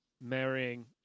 marrying